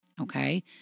okay